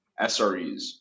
SREs